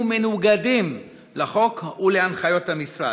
ומנוגדים לחוק ולהנחיות המשרד.